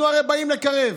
אנחנו הרי באים לקרב,